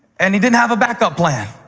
and he didn't have a backup plan.